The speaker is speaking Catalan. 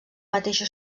mateixa